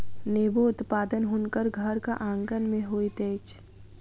नेबो उत्पादन हुनकर घरक आँगन में होइत अछि